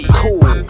cool